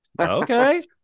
Okay